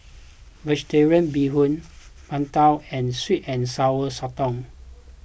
Vegetarian Bee Hoon Png Tao and Sweet and Sour Sotong